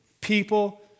people